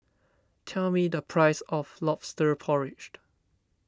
tell me the price of Lobster Porridge